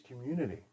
community